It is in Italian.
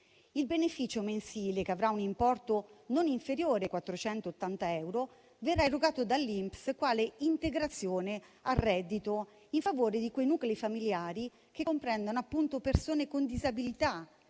Il beneficio mensile, che avrà un importo non inferiore ai 480 euro, verrà erogato dall'INPS quale integrazione al reddito, in favore di quei nuclei familiari che comprendono appunto persone con disabilità,